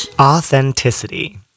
Authenticity